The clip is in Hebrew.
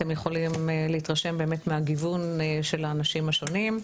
אתם יכולים להתרשם באמת מהגיוון של האנשים השונים.